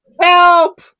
help